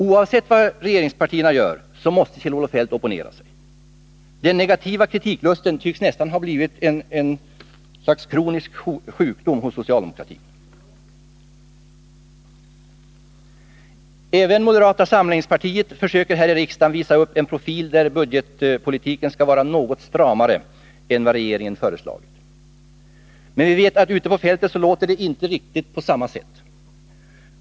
Oavsett vad regeringspartierna gör måste Kjell-Olof Feldt opponera sig. Lusten att komma med negativ kritik tycks nästan ha blivit en kronisk sjukdom hos socialdemokratin. Även moderata samlingspartiet försöker här i riksdagen visa upp en profil där budgetpolitiken skall vara något stramare än vad regeringen har föreslagit. Å Men vi vet att det ute på fältet inte låter riktigt på samma sätt.